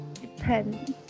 Depends